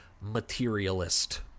materialist